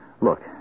Look